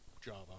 Java